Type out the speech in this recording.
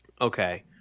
Okay